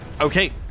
Okay